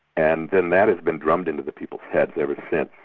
and then that has been drummed into the people's heads ever since.